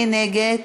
מי נגד?